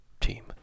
team